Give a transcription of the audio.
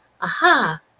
aha